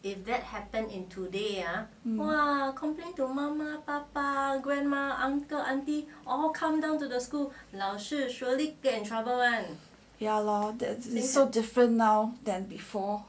ya lor that's me so different now than before